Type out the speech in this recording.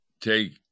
take